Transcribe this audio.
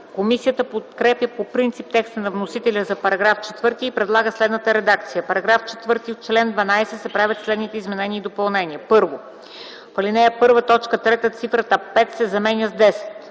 Комисията подкрепя по принцип текста на вносителя за § 4 и предлага следната редакция: „§ 4. В чл. 12 се правят следните изменения и допълнения: 1. В ал. 1, т. 3 цифрата „5” се заменя с „10”.